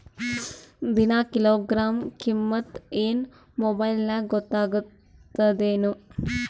ದಿನಾ ಕಿಲೋಗ್ರಾಂ ಕಿಮ್ಮತ್ ಏನ್ ಮೊಬೈಲ್ ನ್ಯಾಗ ಗೊತ್ತಾಗತ್ತದೇನು?